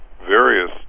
various